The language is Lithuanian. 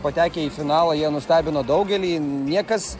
patekę į finalą jie nustebino daugelį niekas